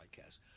podcast